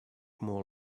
more